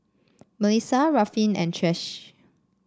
Mellisa Ruffin and Trish